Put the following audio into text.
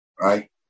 Right